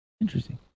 Interesting